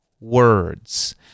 words